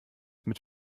mit